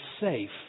safe